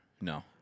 No